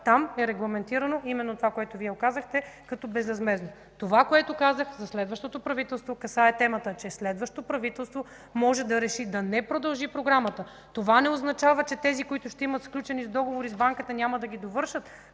Там е регламентирано именно това, което Вие казахте като безвъзмездно. Това, което казах за следващото правителство касае темата, че следващо правителство може да реши да не продължи програмата. Това не означава, че тези, които ще имат сключени договори с банката, няма да ги довършат